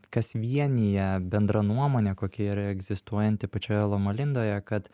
kas vienija bendra nuomonė kokia yra egzistuojanti pačioje loma lindoja kad